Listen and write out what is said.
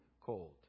cold